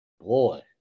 Boy